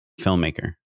filmmaker